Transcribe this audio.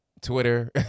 Twitter